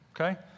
Okay